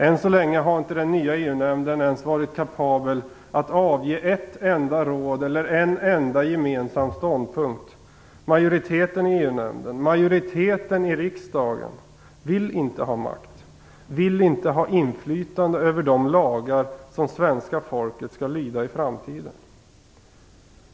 Än så länge har inte den nya EU-nämnden ens varit kapabel att avge ett enda råd eller en gemensam ståndpunkt. Majoriteten i EU nämnden - majoriteten i riksdagen - vill inte ha makt, vill inte ha inflytande över de lagar som svenska folket skall lyda i framtiden.